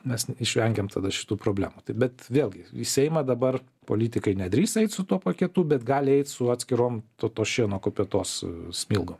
mes išvengiam tada šitų problemų bet vėlgi į seimą dabar politikai nedrįs eit su tuo paketu bet gali eit su atskirom to tos šieno kupetos smilgom